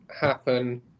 happen